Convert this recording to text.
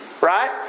right